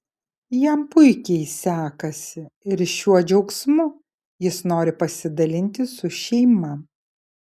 jam puikiai sekasi ir šiuo džiaugsmu jis nori pasidalinti su šeima